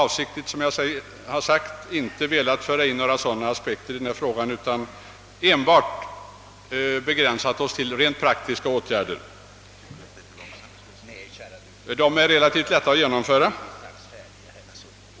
Vi har alltså begränsat oss till att föreslå rent praktiska åtgärder, som relativt lätt kan genomföras.